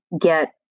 get